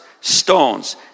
stones